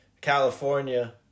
California